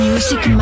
Music